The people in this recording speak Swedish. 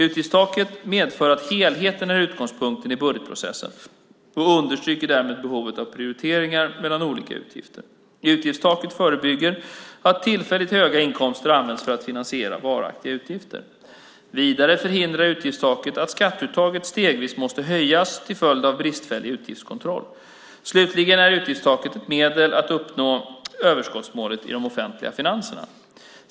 Utgiftstaket medför att helheten är utgångspunkten i budgetprocessen och understryker därmed behovet av prioriteringar mellan olika utgifter. Utgiftstaket förebygger att tillfälligt höga inkomster används för att finansiera varaktiga utgifter. Vidare förhindrar utgiftstaket att skatteuttaget stegvis måste höjas till följd av bristfällig utgiftskontroll. Slutligen är utgiftstaket ett medel för att uppnå överskottsmålet i de offentliga finanserna.